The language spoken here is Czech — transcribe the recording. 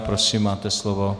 Prosím máte slovo.